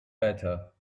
better